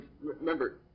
Remember